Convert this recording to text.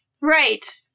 Right